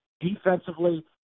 Defensively